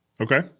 Okay